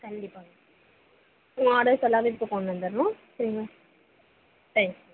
கண்டிப்பாக உங்க ஆர்டர்ஸ் எல்லாமே இப்போது கொண்டு வந்துடுறோம் சரிங்களா தேங்க்யூ